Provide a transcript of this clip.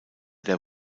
der